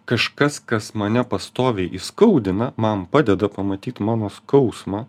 kažkas kas mane pastoviai įskaudina man padeda pamatyt mano skausmą